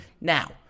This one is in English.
now